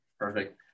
Perfect